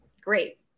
Great